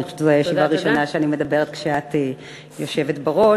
אני חושבת שזו הישיבה הראשונה שאני מדברת כשאת יושבת בראש,